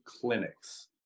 clinics